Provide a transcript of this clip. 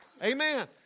Amen